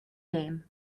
game